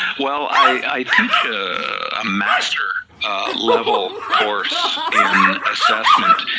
well i teach a master level course in assessment,